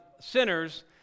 sinners